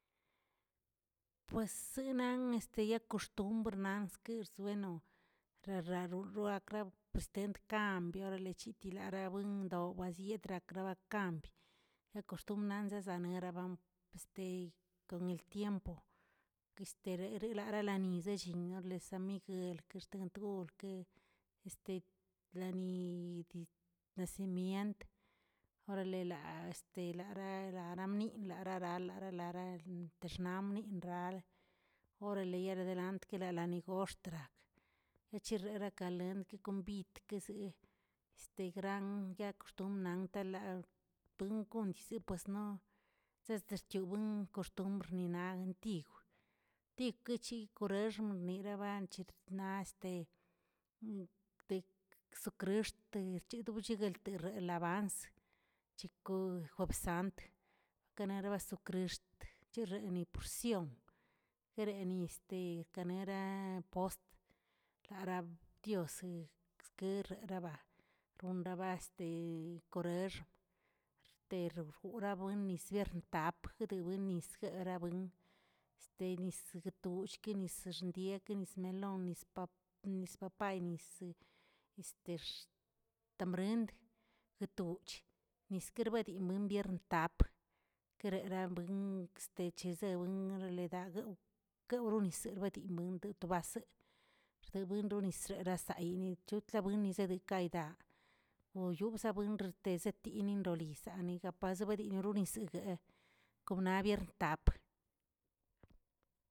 Pues sinan yakoxtombr nanskirz bueno, rararoruꞌu aklab prestent kambio orale chiti lara buendoꞌo baziyetrak barakmb, yaa koxtumbr naznzənerabam este kon el tiempo este rereralanizə llinz orale san miguel kextguen tgol, lani nacimient, orale laꞌa laꞌraꞌ laramniꞌ lararaꞌ laraꞌ laraꞌ letexnaꞌmri raaleə orale yare delant kilalani yanigoxtraꞌ, yechiraraꞌ kalend kombid keseꞌ este gran yaakoxton naꞌntela puingonchis pues no chescherchiowin koxtombr nina angtiw, tikochi koraxma mirabaꞌa naꞌ este tekzoꞌcristx rchegobilleltek elabans, chikoo juebs santə krara jesucrisxt chirreni porsion, kereni este kanera pot larean diosen reksrereba, ronraba korexm, rterorambuin sguertap sguedenwinis sjererawin este gnistushꞌki sxendie ke nis melon, nispap, nis papay, nisə ext tambrind guetoꞌch niskeremdim bem biern tap, kereraꞌ buin este cezeꞌ buin reledaguewꞌ guewꞌroꞌniserbaꞌdinbem tu basə, xdewenroo nis razayini chootlawinizede kaydaa oyobzaabuein retezetenin loyizaꞌ nigapazibadini lonisingueꞌ konabyen rtap.